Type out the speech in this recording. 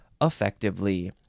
effectively